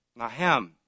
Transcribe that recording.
Nahem